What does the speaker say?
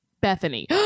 bethany